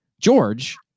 George